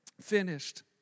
Finished